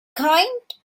kind